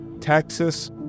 Texas